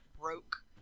broke